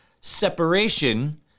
separation